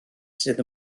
sydd